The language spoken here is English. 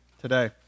today